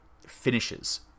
finishes